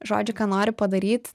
žodžiu ką nori padaryt